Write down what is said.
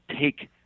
take